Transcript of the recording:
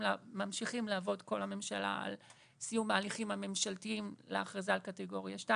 על סיום ההליכים הממשלתיים לאכרזה על קטגוריה 2,